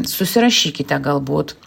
susirašykite galbūt